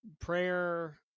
prayer